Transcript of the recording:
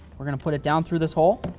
we're going to put it down through this hole.